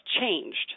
changed